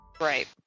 Right